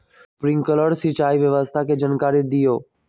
Sprinkler सिंचाई व्यवस्था के जाकारी दिऔ?